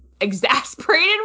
exasperated